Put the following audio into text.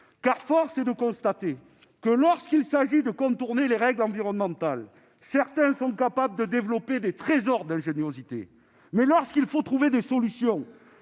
Force est de constater, en effet, que lorsqu'il s'agit de contourner les règles environnementales, certains sont capables de développer des trésors d'ingéniosité, mais lorsqu'il faut trouver des solutions